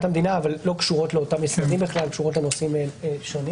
המדינה אבל לא קשורות לאותם משרדים אלא קשורות לנושאים שונים.